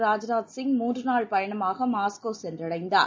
ராஜ்நாத் சிங் மூன்று நாள் பயணமாக மாஸ்கோ சென்றடைந்தார்